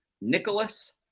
Nicholas